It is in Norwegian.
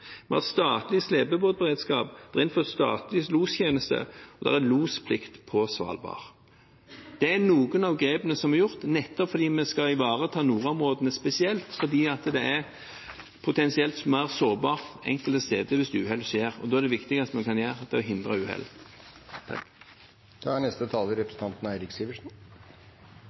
Vi har hatt statlig slepebåtberedskap, det er innført statlig lostjeneste, og det er losplikt på Svalbard. Dette er noen av grepene som er gjort, nettopp fordi vi skal ivareta nordområdene spesielt, fordi det er potensielt mer sårbart enkelte steder hvis uhell skjer. Og det viktigste vi kan gjøre da, er å hindre uhell. Jeg får henfalle til statsrådens retorikk og si at det er